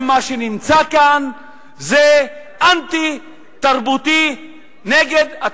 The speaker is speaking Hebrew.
בעצם מה שנמצא בחוק הזה הוא אנטי תרבות ערבית,